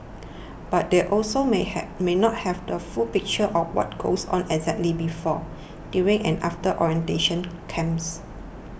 but they also may have may not have the full picture of what goes on exactly before during and after orientation camps